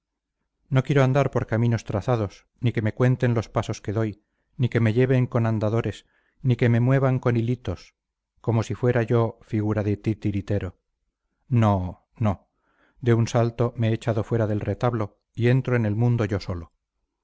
no quiero andar por caminos trazados ni que me cuenten los pasos que doy ni que me lleven con andadores ni que me muevan con hilitos como si fuera yo figura de titiritero no no de un salto me he echado fuera del retablo y entro en el mundo yo solo